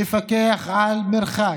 ולפקח על מרחק,